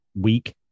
week